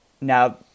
now